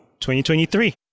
2023